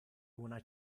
una